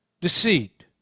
deceit